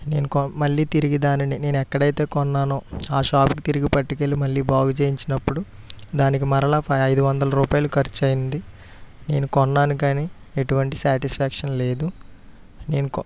నేను కొ మళ్ళీ తిరిగి దానిని నేను ఎక్కడైతే కొన్నాను ఆ షాపింగ్ తిరిగి పట్టుకు వెళ్ళి మళ్ళీ బాగుచేయించినప్పుడు దానికి మరల ఫైవ్ ఐదు వందల రూపాయలు ఖర్చయింది నేను కొన్నాను కానీ ఎటువంటి సాటిస్ఫాక్షన్ లేదు నేను కొ